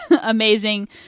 amazing